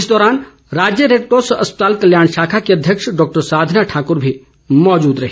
इस दौरान राज्य रेडक्रॉस अस्पताल कल्याण शाखा की अध्यक्ष डॉक्टर साधना ठाकर भी मौजूद रहीं